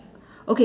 okay